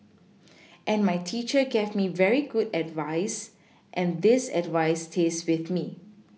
and my teacher gave me very good advice and this advice stays with me